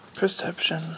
perception